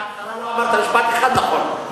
מההתחלה לא אמרת משפט אחד נכון.